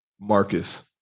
Marcus